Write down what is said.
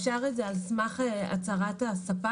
אפשר את זה על סמך הצהרת הספק?